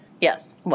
Yes